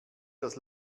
das